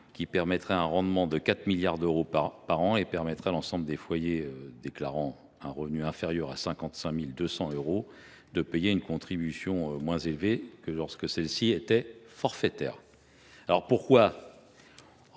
La mesure aurait un rendement estimé à 4 milliards d’euros par an et permettrait à l’ensemble des foyers déclarant un revenu inférieur à 55 200 euros de payer une contribution moins élevée que lorsque celle ci était forfaitaire. Je ne sais